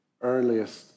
earliest